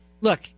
Look